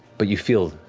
but you feel